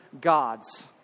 gods